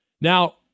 Now